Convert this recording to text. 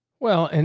well, and